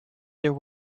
there